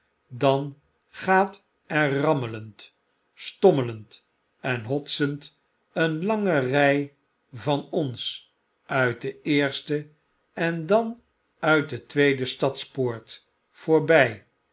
dan gaat er rammelend stommelend en hotsend een lange rij van ons uit de eerste en dan uit de tweede stadspoort voorbij